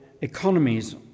economies